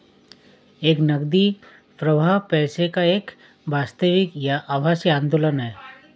एक नकदी प्रवाह पैसे का एक वास्तविक या आभासी आंदोलन है